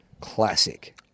classic